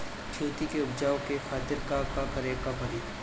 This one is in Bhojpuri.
खेत के उपजाऊ के खातीर का का करेके परी?